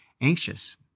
anxious